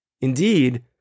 Indeed